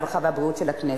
הרווחה והבריאות של הכנסת,